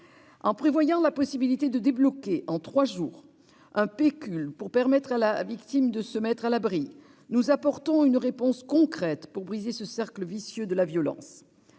En prévoyant la possibilité de débloquer en trois jours un pécule pour permettre à la victime de se mettre à l'abri, nous apportons une réponse concrète pour briser ce cercle vicieux de la violence.